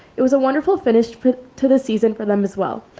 it was a wonderful finish to the season for them as well.